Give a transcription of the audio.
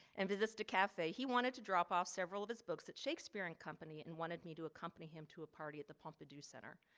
and visits to cafe he wanted to drop off several of his books that shakespearean company and wanted me to accompany him to a party at the pompidou center.